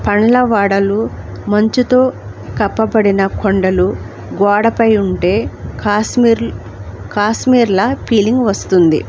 పండ్ల వోడలు మంచుతో కప్పబడిన కొండలు గోడపై ఉంటే కాశమీర్ కాశ్మీర్ల ఫీలింగ్ వస్తుంది